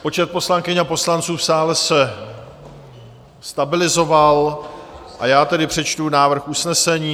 Počet poslankyň a poslanců v sále se stabilizoval, a já tedy přečtu návrh usnesení.